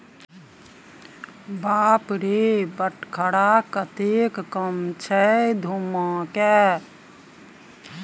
बाप रे बटखरा कतेक कम छै धुम्माके